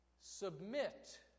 Submit